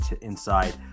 inside